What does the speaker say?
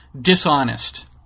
dishonest